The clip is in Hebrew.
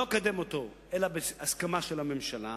לא אקדם אותה אלא בהסכמה של הממשלה.